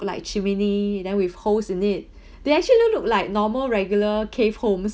like chimney then with holes in it they actually look like normal regular cave homes